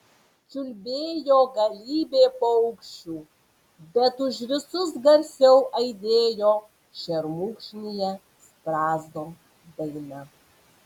čiulbėjo galybė paukščių bet už visus garsiau aidėjo šermukšnyje strazdo daina